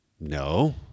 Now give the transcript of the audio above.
No